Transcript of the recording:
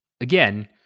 again